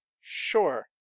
Sure